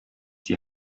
die